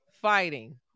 Fighting